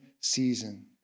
season